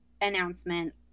announcement